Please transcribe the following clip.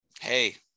Hey